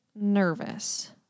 nervous